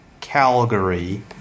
Calgary